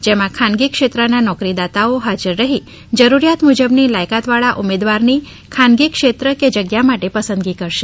જેમાં ખાનગી ક્ષેત્રના નોકરી દાતાઓ હાજર રહી જરૂરિયાત મૂજબની લાયકાત વાળા ઉમેદવારની ખાનગી ક્ષેત્ર જગ્યા માટે પસંદગી કરશે